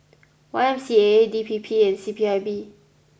Y M C A D P P and C P I B